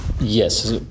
Yes